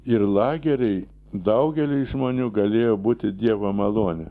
ir lageriai daugeliui žmonių galėjo būti dievo malonė